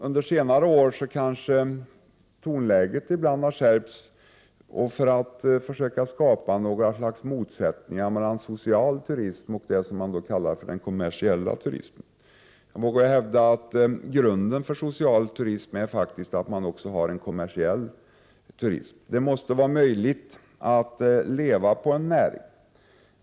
Under senare år har kanske tonläget ibland skärpts för att försöka skapa motsättningar mellan social turism och det man kallar den kommersiella turismen. Jag vågar hävda att grunden för social turism är att man också har en kommersiell turism. Det måste vara möjligt att leva på en näring.